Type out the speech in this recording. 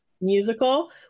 musical